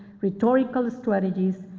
rhetorical strategies,